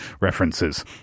references